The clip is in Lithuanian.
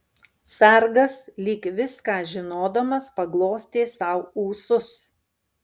sargas lyg viską žinodamas paglostė sau ūsus